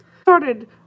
Started